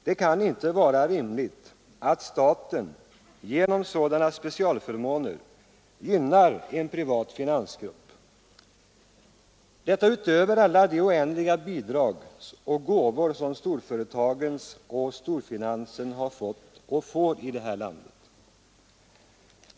Det kan inte vara rimligt att staten genom sådana specialförmåner gynnar en privat finansgrupp utöver alla de oändliga bidrag och gåvor som storföretagen och storfinansen har fått och får i det här landet.